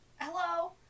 Hello